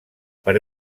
per